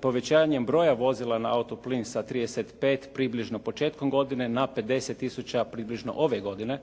povećanjem broja vozila na auto plin sa 35 približno početkom godine na 50 tisuća približno ove godine